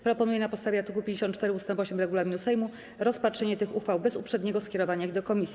Proponuję, na podstawie art. 54 ust. 8 regulaminu Sejmu, rozpatrzenie tych uchwał bez uprzedniego skierowania ich do komisji.